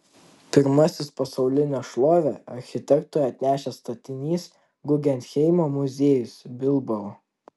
pirmasis pasaulinę šlovę architektui atnešęs statinys guggenheimo muziejus bilbao